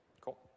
Cool